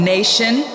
Nation